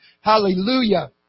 Hallelujah